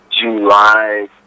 July